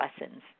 lessons